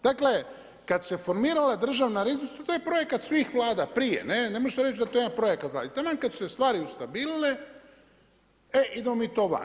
Dakle kada se formirala državna riznica, to je projekat svih vlada prije, ne možete reći da je to jedan projekat i taman kada su se stvari ustabilile e idem mi to van.